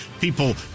people